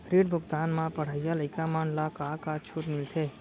ऋण भुगतान म पढ़इया लइका मन ला का का छूट मिलथे?